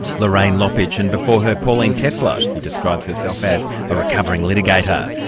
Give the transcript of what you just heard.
lorraine lopich, and before her, pauline tesler, who describes herself as a recovering litigator.